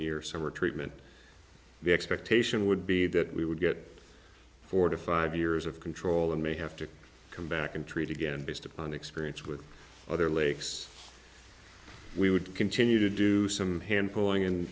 year summer treatment the expectation would be that we would get four to five years of control and may have to come back and treat again based upon experience with other lakes we would continue to do some hand polling in